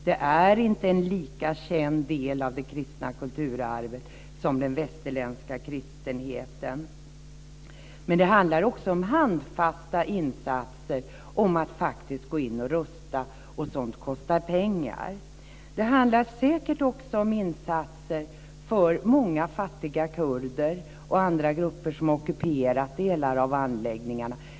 Det är inte en lika känd del av det kristna kulturarvet som den västerländska kristenheten. Men det handlar också om handfasta insatser, om att faktiskt gå in och rusta, och sådant kostar pengar. Det handlar säkert också om insatser för många fattiga kurder och andra grupper som ockuperat delar av anläggningarna.